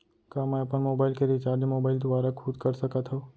का मैं अपन मोबाइल के रिचार्ज मोबाइल दुवारा खुद कर सकत हव?